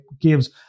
gives